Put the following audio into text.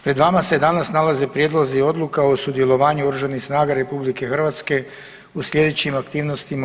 Pred vama se danas nalaze prijedlozi odluka o sudjelovanju oružanih snaga RH u slijedećim aktivnostima i